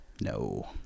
No